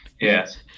Yes